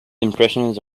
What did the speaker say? impressions